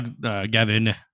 Gavin